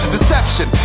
Deception